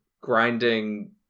grinding